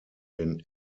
den